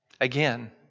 Again